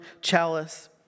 chalice